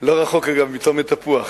לא רחוק, אגב, מצומת תפוח.